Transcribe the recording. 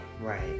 Right